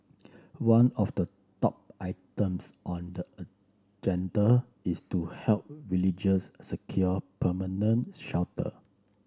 one of the top items on the agenda is to help villagers secure permanent shelter